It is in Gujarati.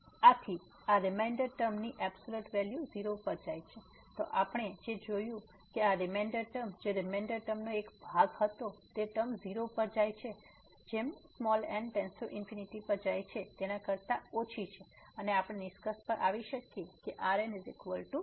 તેથી આ રીમેન્ડર ટર્મ ની એબ્સોલ્યુટ વેલ્યુ 0 પર જાય છે તો આપણે જે જોયું છે કે આ રીમેન્ડર ટર્મ જે રીમેન્ડર ટર્મ નો એક ભાગ હતો તે ટર્મ 0 પર જાય જેમ n→∞ પર જાય છે તેના કરતા ઓછી છે અને આપણે નિષ્કર્ષ પર આવી શકીએ કે Rn 0